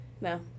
No